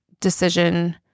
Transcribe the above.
decision